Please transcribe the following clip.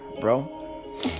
bro